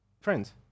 Friends